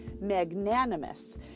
magnanimous